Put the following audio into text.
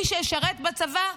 לזה שמי שישרת בצבא,